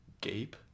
Gape